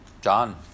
John